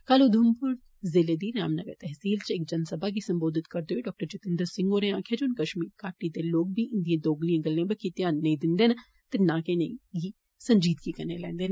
कल उधमपुर जिले दी रामनगर तहसील च इक जनसभा गी संबोधित करदे होई डॉ जितेंद्र सिंह होरें आक्खेआ जे हुन कष्मीर घाटी दे लोक बी इंदिएं दोगलिएं गल्लें बक्खी धन नेंई दिंदे ते नां गै इनेंगी संजीदगी कन्नै लैंदे न